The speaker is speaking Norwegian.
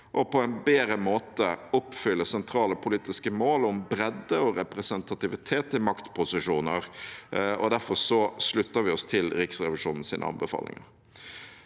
og på en bedre måte oppfylle sentrale politiske mål om bredde og representativitet i maktposisjoner. Derfor slutter vi oss til Riksrevisjonens anbefalinger.